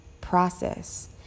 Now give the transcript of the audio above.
process